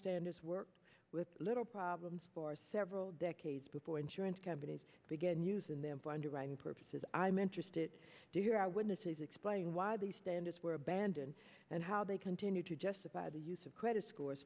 standards worked with little problems for several decades before insurance companies began using them for underwriting purposes i'm interested to hear our witnesses explain why these standards were abandoned and how they continue to justify the use of credit scores